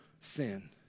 sin